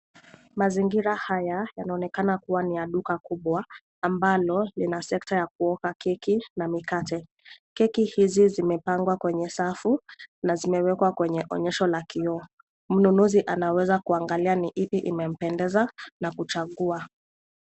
Mazingira haya, yanaonekana kuwa ni ya duka kubwa ambalo lina sekta ya kuoka keki na mikate. Keki hizi zimepangwa kwenye safu na zimewekwa kwenye onyesho la kioo, mnunuzi anaweza kuangalia ni ipi imempendeza na kuchagua.